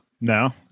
no